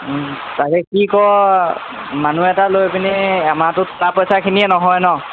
তাকে কি কৰ আৰু মানুহ এটা লৈ পিনে এমাহটোত তাৰ পইচাখিনিয়ে নহয় ন